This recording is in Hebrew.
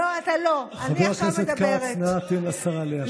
אורית, אני שואל אותך שאלה אמיתית,